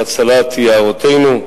להצלת יערותינו,